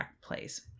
place